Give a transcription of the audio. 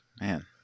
Man